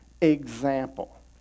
example